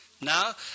Now